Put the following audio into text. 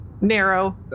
narrow